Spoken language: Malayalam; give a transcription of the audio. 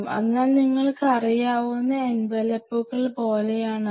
അതിനാൽ നിങ്ങൾക്കറിയാവുന്ന എൻവലപ്പുകൾ പോലെയാണ് അവ